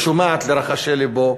ושומעת לרחשי לבו,